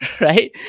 right